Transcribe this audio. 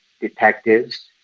detectives